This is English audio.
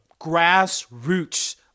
grassroots